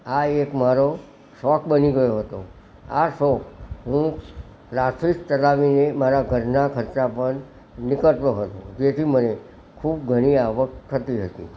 આ એક મારો શોખ બની ગયો હતો આ શોખ હું ક્લાસીસ ચલાવીને મારા ઘરના ખર્ચ પણ નિકાળતો હતો જેથી મને ખૂબ ઘણી આવક થતી હતી